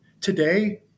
Today